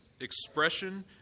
expression